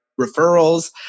referrals